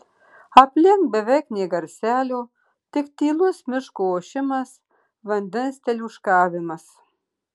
aplink beveik nė garselio tik tylus miško ošimas vandens teliūškavimas